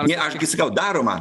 ne aš gi sakau daroma